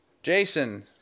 Jason